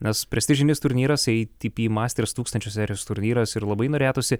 nes prestižinis turnyras atp masters tūkstančio serijos turnyras ir labai norėtųsi